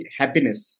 happiness